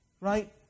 Right